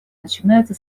начинается